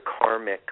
Karmic